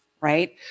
right